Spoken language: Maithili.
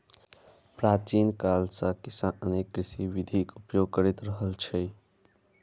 प्राचीन काल सं किसान अनेक कृषि विधिक उपयोग करैत रहल छै